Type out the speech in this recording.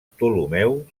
ptolemeu